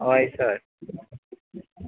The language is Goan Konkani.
हय सर